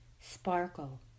sparkle